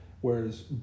whereas